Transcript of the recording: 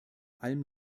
allem